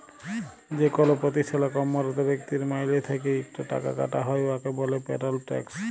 যেকল পতিষ্ঠালে কম্মরত ব্যক্তির মাইলে থ্যাইকে ইকট টাকা কাটা হ্যয় উয়াকে ব্যলে পেরল ট্যাক্স